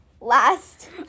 last